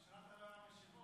ראשונת המשיבות.